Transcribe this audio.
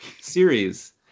series